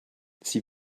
sie